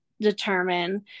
determine